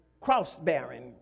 cross-bearing